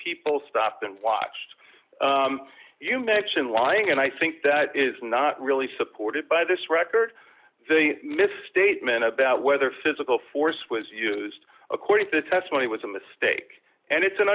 people stopped and watched you mention lying and i think that is not really supported by this record misstatement about whether physical force was used according to the testimony was a mistake and it's an